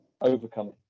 overcome